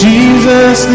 Jesus